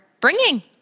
bringing